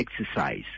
exercise